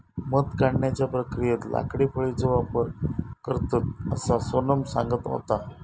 मध काढण्याच्या प्रक्रियेत लाकडी फळीचो वापर करतत, असा सोनम सांगत होता